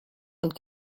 und